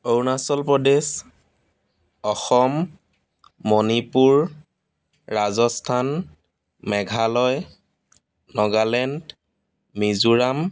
Arunachal Pradesh Assam Manipur Rajasthan Meghalaya Nagaland Mizoram